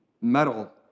metal